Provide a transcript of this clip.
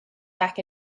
back